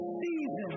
season